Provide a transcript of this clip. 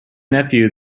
nephew